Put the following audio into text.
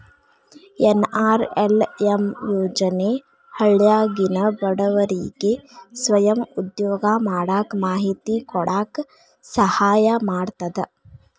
NRLM ಯೋಜನೆ ಹಳ್ಳ್ಯಾಗಿನ ಬಡವರಿಗೆ ಸ್ವಂತ ಉದ್ಯೋಗಾ ಮಾಡಾಕ ಮಾಹಿತಿ ಕೊಡಾಕ ಸಹಾಯಾ ಮಾಡ್ತದ